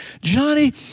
Johnny